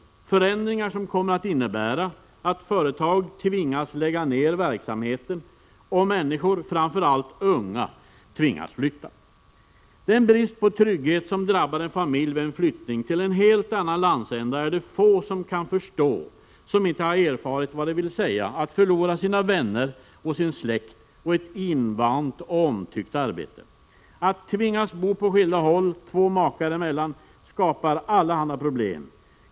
Det är förändringar som kommer att innebära att företag tvingas lägga ner verksamheten och människor — framför allt unga — tvingas flytta. Den brist på trygghet som drabbar en familj vid en flyttning till en helt annan landsända är det få som kan förstå som inte har erfarit vad det vill säga att förlora sina vänner och sin släkt och ett invant, omtyckt arbete. Att tvingas bo på skilda håll två makar emellan skapar allehanda problem.